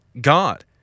God